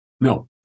No